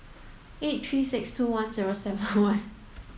eight three six two one zero seven one